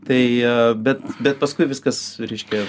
tai bet bet paskui viskas reiškia